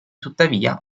tuttavia